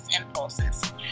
impulses